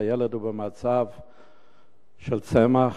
הילד הוא במצב של צמח.